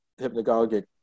hypnagogic